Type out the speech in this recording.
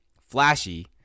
flashy